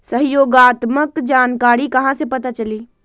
सहयोगात्मक जानकारी कहा से पता चली?